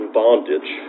bondage